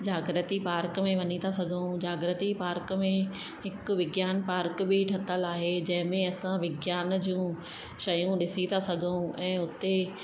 जागृती park में वञी था सघूं जागृती पार्क में हिकु विज्ञान पार्क बि ठहियलु आहे जंहिंमें असां विज्ञान जूं शयूं ॾिसी था सघूं ऐं उते